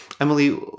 emily